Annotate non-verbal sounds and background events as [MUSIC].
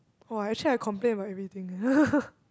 !wah! actually I complain about everything eh [LAUGHS]